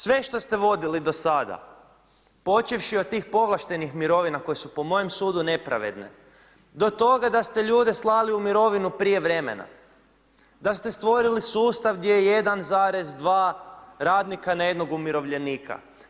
Sve što ste vodili do sada počevši od tih povlaštenih mirovina koje su po mojem sudu nepravedne do toga da ste ljude slali u mirovinu prije vremena, da ste stvorili sustav gdje je 1,2 radnika na jednog umirovljenika.